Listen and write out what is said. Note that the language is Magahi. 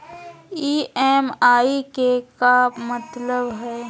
ई.एम.आई के का मतलब हई?